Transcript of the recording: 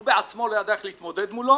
הוא בעצמו לא ידע איך להתמודד מולו.